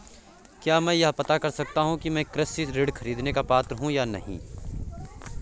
क्या मैं यह पता कर सकता हूँ कि मैं कृषि ऋण ख़रीदने का पात्र हूँ या नहीं?